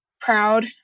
proud